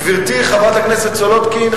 גברתי חברת הכנסת סולודקין,